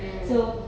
mm